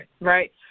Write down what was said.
Right